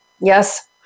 Yes